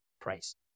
price